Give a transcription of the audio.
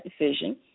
decision